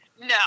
No